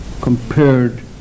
compared